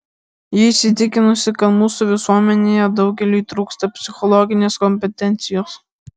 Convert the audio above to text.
ji įsitikinusi kad mūsų visuomenėje daugeliui trūksta psichologinės kompetencijos